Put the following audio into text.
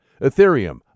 Ethereum